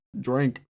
drink